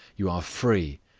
you are free.